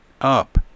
up